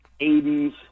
80s